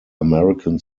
american